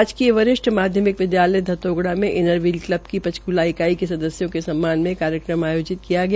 राजकीय वरिष्ठ माध्यमिक विद्यालय धतोगडा में इनर व्हील क्लब की पंचकूला इकाई के सदस्यों के सम्मान में कार्यक्रम का आयोजन किया गया